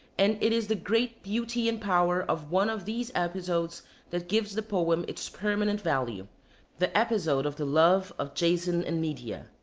and it is the great beauty and power of one of these episodes that gives the poem its permanent value the episode of the love of jason and medea.